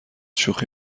شوخی